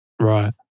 Right